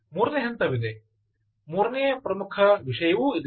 ಮೂರನೇ ಹಂತವಿದೆ ಮೂರನೆಯ ಪ್ರಮುಖ ವಿಷಯವೂ ಇದೆ